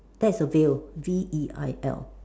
that's a veil V E I L